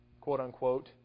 quote-unquote